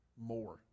more